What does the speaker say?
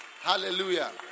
Hallelujah